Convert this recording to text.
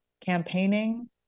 campaigning